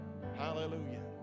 hallelujah